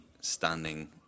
standing